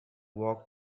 walk